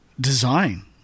design